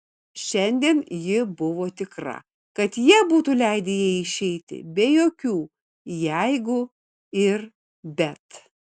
šiandien ji buvo tikra kad jie būtų leidę jai išeiti be jokių jeigu ir bet